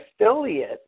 affiliate